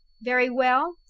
very well,